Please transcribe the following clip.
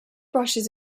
brushes